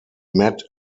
met